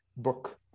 Book